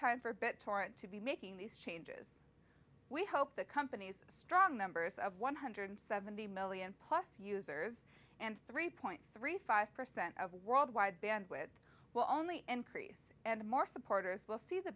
time for bit torrent to be making these changes we hope the companies strong numbers of one hundred seventy million plus users and three point three five percent of world wide band with will only increase and more supporters will see the